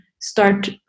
start